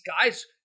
guys